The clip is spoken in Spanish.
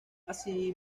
así